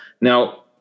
now